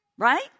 right